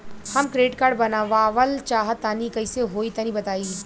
हम credit card बनवावल चाह तनि कइसे होई तनि बताई?